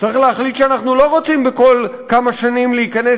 צריך להחליט שאנחנו לא רוצים כל כמה שנים להיכנס